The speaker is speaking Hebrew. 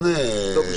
לא.